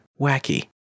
wacky